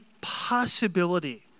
possibility